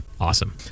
awesome